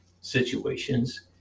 situations